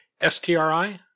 STRI